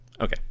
okay